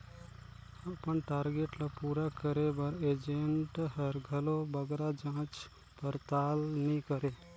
अपन टारगेट ल पूरा करे बर एजेंट हर घलो बगरा जाँच परताल नी करे